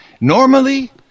Normally